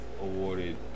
awarded